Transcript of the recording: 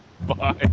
Bye